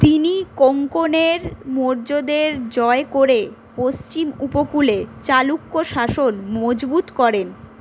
তিনি কোঙ্কনের মৌর্যদের জয় করে পশ্চিম উপকূলে চালুক্য শাসন মজবুত করেন